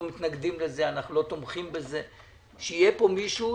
ההחלטה שלנו,